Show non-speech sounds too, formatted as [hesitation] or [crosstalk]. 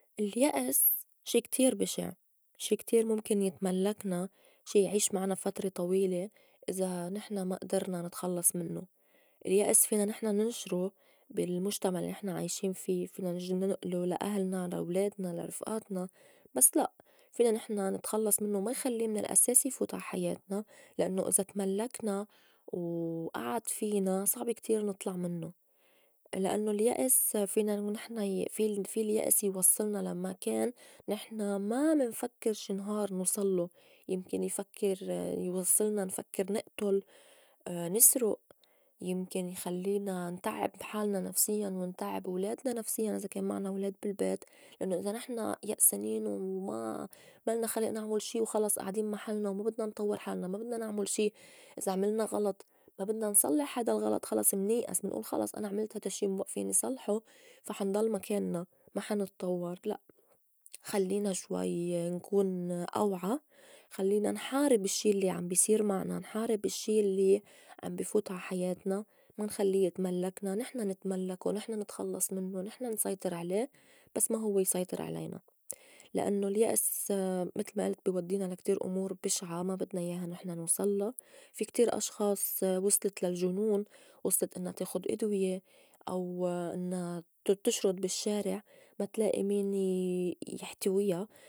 اليأس شي كتير بشع شي كتير مُمكن يتملّكنا شي يعيش معنا فترة طويلة إذا نحن ما أدرنا نتخلّص منّو، اليأس فينا نحن ننشرو بالمُجتمع الّي نحن عايشين في، فينا نيجي ننئلو لا أهلنا لا ولادنا لا رفئاتنا بس لأ فينا نحن نتخلّص منّو ما يخلّي من الأساس يفوت عا حياتنا لأنّو إذا تملّكنا وئعد فينا صعب كتير نطلع منّو لأنّو اليأس فينا نحن في- في اليأس يوصّلنا لمكان نحن ما منفكّر شي نهار نوصلّو يمكن يفكّر يوصّلنا نفكّر نأتُل، [hesitation] نسرُئ، يمكن يخلّينا نتعّب حالنا نفسيّاً ونتعّب ولادنا نفسيّاُ إذا كان معنا ولاد بالبيت لأنّو إذا نحن يأسانين وما إلنا خلئ نعمُل شي وخلص آعدين محلنا وما بدنا نطوّر حالنا ما بدنا نعمُل شي إذا عملنا غلط ما بدنا نصلّح هيدا الغلط خلص منأيس منئول خلص أنا عملت هيدا الشّي ما بئى فيني صلحو فا حنضل مكانّا ما حنطوّر لأ خلّينا شوي نكون أوعى، خلّينا نحارب الشّي الّي عم بي صير معنا، نحارب الشّي الّي عم بفوت عا حياتنا ما نخلّي يتملّكنا نحن نتملّكو، نحن نتخلّص منّو، نحن نسيطر عليه بس ما هوّ يسيطر علينا لأنّو اليأس متل ما ألت بي ودّينا لا كتير أمور بِشعة ما بدنا ياها نحن نوصلّا في كتير أشخاص وصلت للجُنون، وصلت إنّا تاخُد أدوية، أو [hesitation] إنّا ت- تشرُد بالشّارع ما تلائي مين ي- يحتويا.